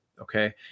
okay